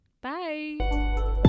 bye